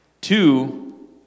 Two